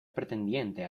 pretendiente